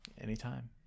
anytime